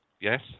Yes